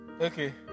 Okay